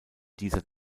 dieser